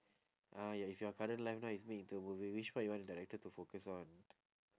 ah ya if your current life now is made into a movie which part you want the director to focus on